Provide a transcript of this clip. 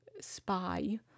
spy